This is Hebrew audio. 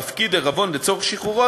מפקיד עירבון לצורך שחרורו,